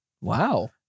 Wow